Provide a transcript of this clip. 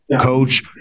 Coach